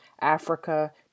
Africa